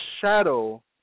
shadow